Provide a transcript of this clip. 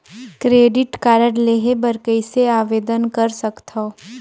Credit card लेहे बर कइसे आवेदन कर सकथव?